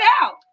out